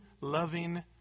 loving